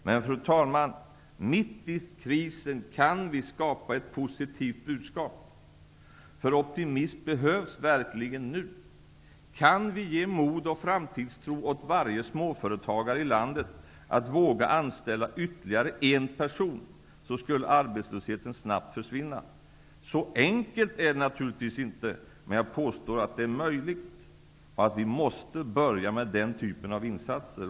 Men, fru talman, mitt i krisen kan vi skapa ett positivt budskap, därför att optimism verkligen behövs nu. Om vi kan ge mod och framtidstro åt varje småföretagare i landet att våga anställa ytterligare en person, skulle arbetslösheten snabbt försvinna. Så enkelt är det naturligtvis inte, men jag påstår att det är möjligt och att vi måste börja med den typen av insatser.